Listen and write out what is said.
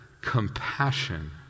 compassion